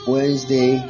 Wednesday